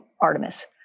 Artemis